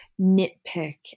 nitpick